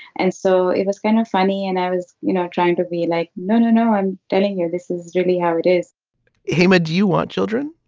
and so it was kind of funny. and i was, you know, trying to be like, no, no, no, i'm telling you, this is really how it is how much ah do you want children?